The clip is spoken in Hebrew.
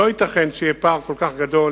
לא ייתכן שיהיה בה פער כל כך גדול